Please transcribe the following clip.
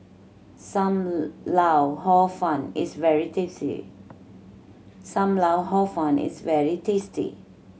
Sam lau Hor Fun is very tasty Sam Lau Hor Fun is very tasty